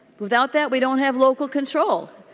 without that we don't have local control.